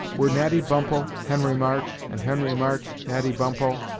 were natty bumppo, henry march, and henry march, natty bumppo,